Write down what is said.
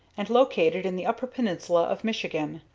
and located in the upper peninsula of michigan.